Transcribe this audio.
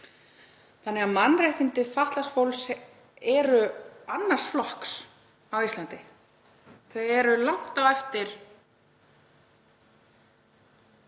ekki. Mannréttindi fatlaðs fólks eru annars flokks á Íslandi. Þau eru langt á eftir